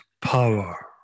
power